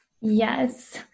Yes